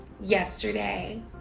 yesterday